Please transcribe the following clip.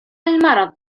المرض